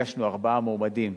הגשנו ארבעה מועמדים,